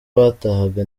batahaga